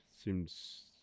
Seems